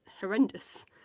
horrendous